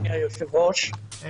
אדוני היושב-ראש,